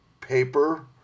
paper